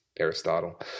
Aristotle